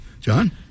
John